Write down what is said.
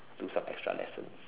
do some extra lessons